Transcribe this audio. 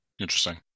Interesting